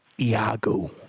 Iago